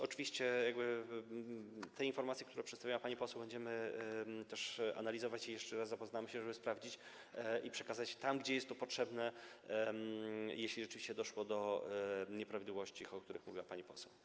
Oczywiście te informacje, które przedstawiła pani poseł, będziemy analizować i jeszcze raz się z tym zapoznamy, żeby to sprawdzić i przekazać, tam gdzie jest to potrzebne, jeśli rzeczywiście doszło do nieprawidłowości, o których mówiła pani poseł.